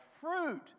fruit